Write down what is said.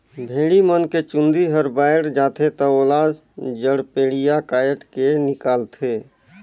भेड़ी मन के चूंदी हर बायड जाथे त ओला जड़पेडिया कायट के निकालथे